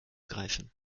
greifen